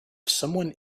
someone